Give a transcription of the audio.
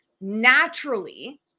naturally